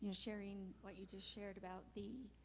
and sharing what you just shared about the,